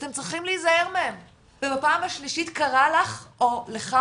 ואתם צריכים להיזהר מהם ובפעם השלישית קרה לך משהו,